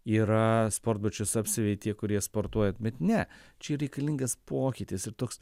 yra sportbačius apsiavė tie kurie sportuoja bet ne čia reikalingas pokytis ir toks